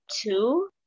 Two